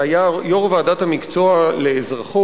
שהיה יו"ר ועדת המקצוע לאזרחות,